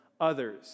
others